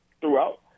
throughout